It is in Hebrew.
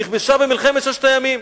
נכבשה במלחמת ששת הימים.